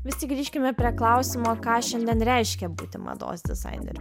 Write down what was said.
vis tik grįžkime prie klausimo ką šiandien reiškia būti mados dizaineriu